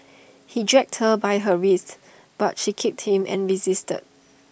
he dragged her by her wrists but she kicked him and resisted